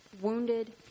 wounded